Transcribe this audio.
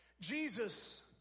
Jesus